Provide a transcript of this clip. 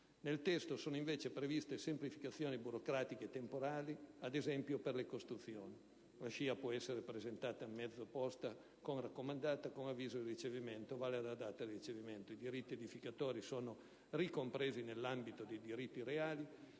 super DIA; sono previste semplificazioni burocratiche e temporali, ad esempio per le costruzioni (la SCIA può essere presentata a mezzo posta con raccomandata con avviso di ricevimento e vale la data di ricevimento); i diritti edificatori sono ricompresi nell'ambito dei diritti reali;